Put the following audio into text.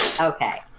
Okay